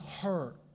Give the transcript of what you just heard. hurt